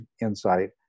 insight